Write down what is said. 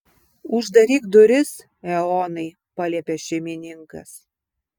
uždaryk duris eonai paliepė šeimininkas